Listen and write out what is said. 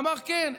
אמר: כן,